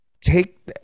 take